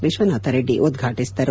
ವಿಶ್ವನಾಥ ರೆಡ್ಡಿ ಉದ್ಘಾಟಿಸಿದರು